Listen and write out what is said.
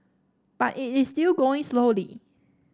but it is still going slowly